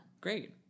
Great